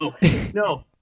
no